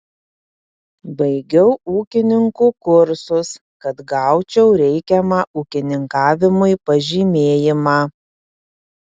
baigiau ūkininkų kursus kad gaučiau reikiamą ūkininkavimui pažymėjimą